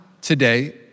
today